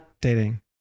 Dating